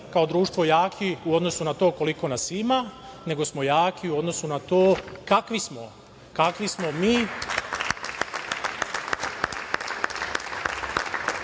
kao društvo jaki u odnosu na to koliko nas ima, nego smo jaki u odnosu na to kakvi smo, kakvi smo mi